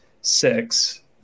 six